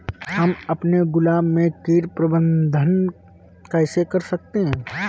हम अपने गुलाब में कीट प्रबंधन कैसे कर सकते है?